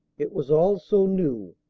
it was all so new,